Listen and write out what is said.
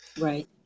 Right